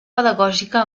pedagògica